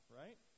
right